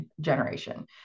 generation